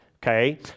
Okay